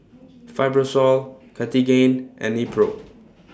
Fibrosol Cartigain and Nepro